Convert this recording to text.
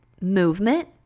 movement